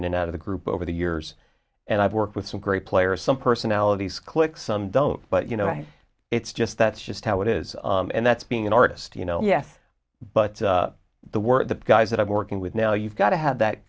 in and out of the group over the years and i've worked with some great players some personalities click some don't but you know it's just that's just how it is and that's being an artist you know yes but the word the guys that i'm working with now you've got to have that